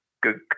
good